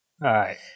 right